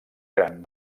gran